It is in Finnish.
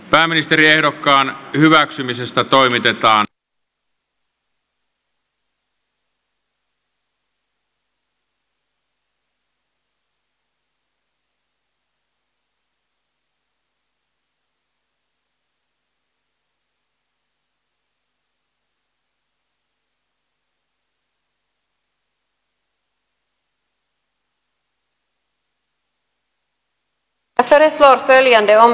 pääministeriehdokkaan hyväksymisestä toimitetaan koneäänestys